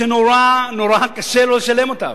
שנורא נורא קשה לו לשלם אותם.